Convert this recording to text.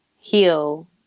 heal